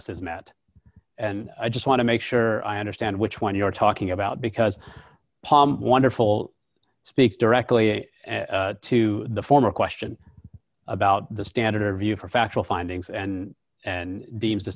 us is met and i just want to make sure i understand which one you're talking about because wonderful speaks directly to the former question about the standard view for factual findings and and deems the